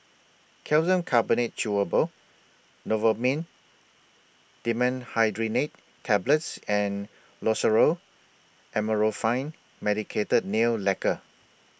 Calcium Carbonate Chewable Novomin Dimenhydrinate Tablets and Loceryl Amorolfine Medicated Nail Lacquer